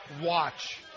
watch